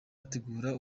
gutegura